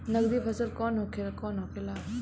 नकदी फसल कौन कौनहोखे?